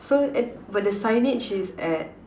so but the signage is at